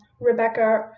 Rebecca